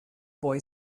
boy